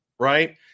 Right